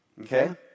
Okay